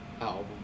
album